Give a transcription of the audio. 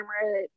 camera